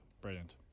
brilliant